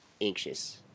anxious